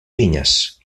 vinyes